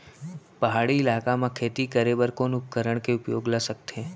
पहाड़ी इलाका म खेती करें बर कोन उपकरण के उपयोग ल सकथे?